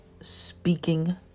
speaking